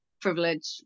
privilege